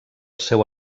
seu